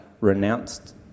renounced